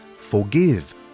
Forgive